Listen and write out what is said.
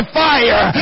fire